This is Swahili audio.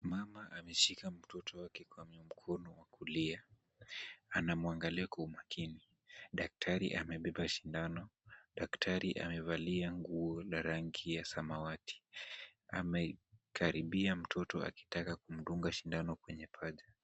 Mama ameshika mtoto wake kwa mkono wa kulia anamwangalia kwa umakini. Daktari amebeba shindano. Daktari amevalia nguo la rangi ya samawati. Amekaribia mtoto akitaka kumdunga shindano kwenye paja.